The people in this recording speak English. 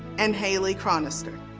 and haley chronister.